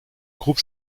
groupe